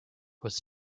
was